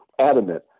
adamant